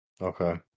Okay